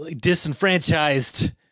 disenfranchised